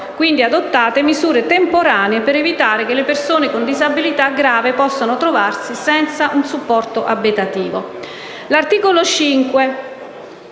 quindi adottate misure temporanee, per evitare che le persone con disabilità grave possano trovarsi senza un supporto abitativo.